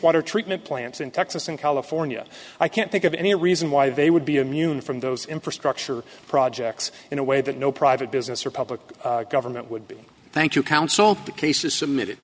water treatment plants in texas and california i can't think of any reason why they would be immune from those infrastructure projects in a way that no private business or public government would be thank you counsel the case is submitted